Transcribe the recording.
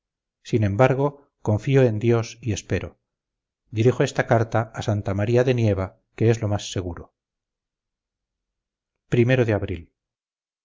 sin embargo confío en dios y espero dirijo esta carta a santa maría de nieva que es lo más seguro o de abril